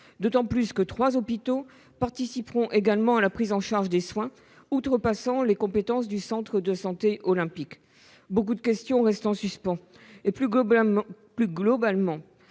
d'autant plus que trois hôpitaux participeront également à la prise en charge des soins outrepassant les compétences du centre de santé olympique. Beaucoup de questions restent en suspens. Plus globalement,